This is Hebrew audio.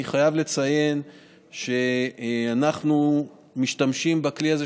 אני חייב לציין שאנחנו משתמשים בכלי הזה,